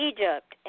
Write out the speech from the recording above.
Egypt